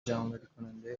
جمعآوریکننده